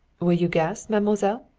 will you guess, mademoiselle?